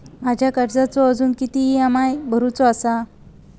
माझ्या कर्जाचो अजून किती ई.एम.आय भरूचो असा?